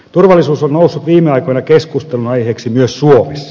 turvallisuus on noussut viime aikoina keskustelunaiheeksi myös suomessa